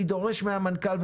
אני דורש מהמנכ"ל,